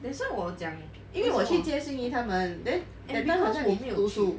that's why 我讲因为我去接 xin yi 他们 then that time 你好像没有去